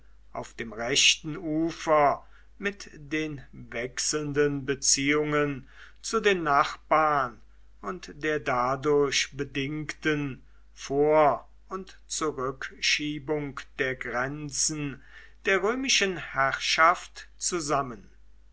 auf dem rechten ufer mit den wechselnden beziehungen zu den nachbarn und der dadurch bedingten vor und zurückschiebung der grenzen der römischen herrschaft zusammen